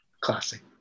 Classic